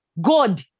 God